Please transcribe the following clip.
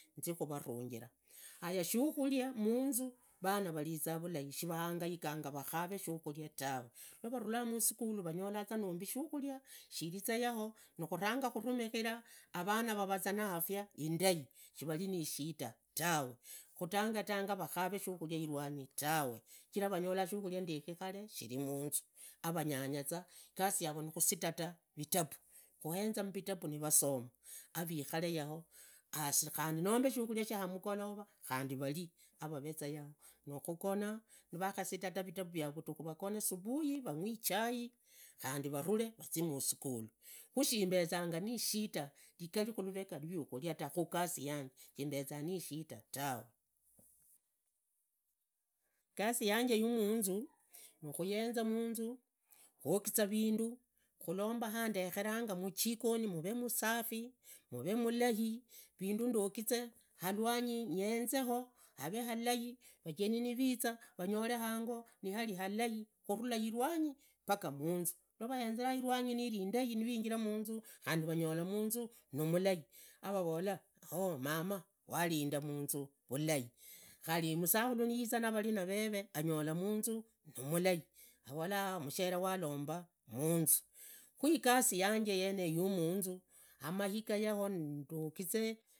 Nzikhuvaranjira haya shukhuria munzu vana vavizaa vulai shivahangaika ta rakhava shukhuria tawe, navarulaa musukhulu vanyolaza nombi shukhulia shiriza yaho, nukhuranga khuramikhira avana vavuzaa na afya indai, shivuli ni ishida tawe, khutangatanga vakhavee shukhuria irwanyi tawe, shichira vanyoli shukhuria ndekhikhare munzu, avanyanyaza, igasi yavo nikhusitata muvitabu, vahenze muvitabu vasoma, havikhale yaho khandi nombe shukhulia sha umogolova, khandi valii avaveeza yaho, nikhugona nikhavasitari vitavu vyavyo vundhakhu vagone. Suvui vagwi ichai khandi vavule vazii musukhulu, khashimbezanga nishida ligali luhiata khugasi yanje, shimbeza nishida tawe. Igasi yanje yumunzu nikhuyenza munzu, khaogiza vindu khulomba handekheranga, majikoni muvee musafi, mavee vulai vindu ndogizee, halwanyi nyenzeko, havee hulai, museni niviza vanyole hango nihali halai khuvula ilwanyi munzu nuvahenzera ilwanyi nimulai nivahinjira munzu nimulai avavola mama walinda munzu vulai khari musakhulu niiza navalina reve vanyola munzu nimulai, vavola mushere walomba munzu. Khu igasi yanje yeneyo yumunzu, hamaiga yaho ndogizee.